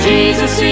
Jesus